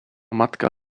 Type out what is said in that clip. matka